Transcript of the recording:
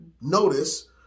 Notice